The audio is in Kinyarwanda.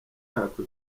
yako